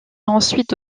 ensuite